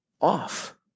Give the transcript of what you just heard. off